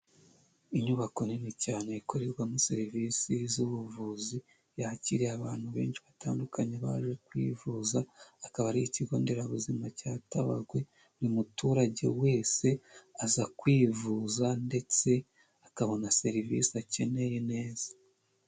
Inyubako nini cyane ikorerwamo serivisi z'ubuvuzi yakiriye abantu benshi batandukanye baje kwivuza, akaba ari ikigo nderabuzima cya Tabagwe buri muturage wese aza kwivuza ndetse akabona serivisi akeneye neza.